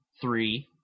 three